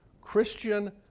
Christian